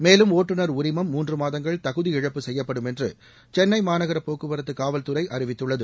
மேலும் ஓட்டுநர் உரிமம் மூன்று மாதங்கள் தகுதியிழப்பு செய்யப்படும் என்று சென்னை மாநகர போக்குவரத்து காவல்துறை அறிவித்துள்ளது